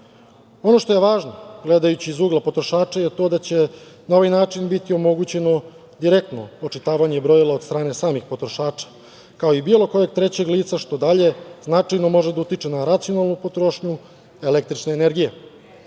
što je važno, gledajući iz ugla potrošača je to da će na ovaj način omogućeno direktno očitavanje brojila od strane samih potrošača, kao i bilo kojeg trećeg lica što dalje može značajno da utiče na racionalnu potrošnju električne energije.